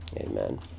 Amen